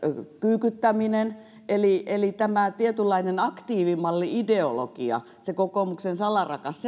kyykyttäminen eli eli tämä tietynlainen aktiivimalli ideologia se kokoomuksen salarakas